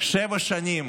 שבע שנים